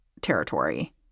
territory